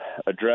address